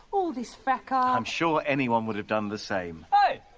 all this fracas! i'm sure anyone would have done the same. hey!